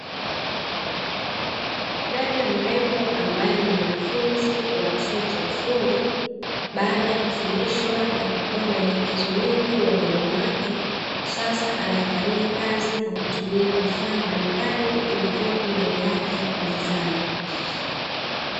Dada mrembo ambaye ni mwanafunzi wa chuo cha ufundi baada ya kufundishwa na kupewa maelekezo mengi na mwalimu wake, sasa anayafanyia kazi kwa kutumia vifaa mbalimbali vilivyoko mbele yake mezani.